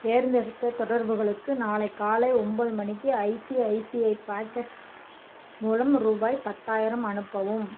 தேர்ந்தெடுத்த தொடர்புகளுக்கு நாளை காலை ஒன்பது மணிக்கு ஐசிஐசிஐ பாக்கெட்ஸ் மூலம் ரூபாய் பத்தாயிரம் அனுப்பவும்